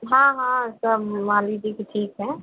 हाँ हाँ सब मान लीजिए कि ठीक है